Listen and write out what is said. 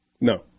No